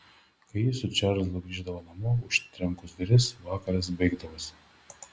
kai ji su čarlzu grįždavo namo užtrenkus duris vakaras baigdavosi